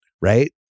right